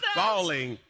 falling